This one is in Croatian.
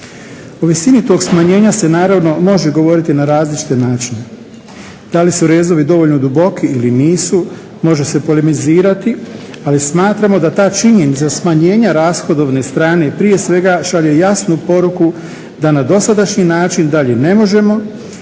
O visini tog smanjenja se naravno može govoriti na različite načine. Da li su rezovi dovoljno duboki ili nisu, može se polemizirati ali smatramo da ta činjenica smanjenja rashodovne strane i prije svega šalje jasnu poruku da na dosadašnji način dalje ne možemo